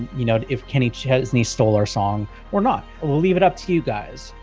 you know, if kenny chesney stole our song or not, we'll leave it up to you guys.